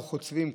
הר חוצבים,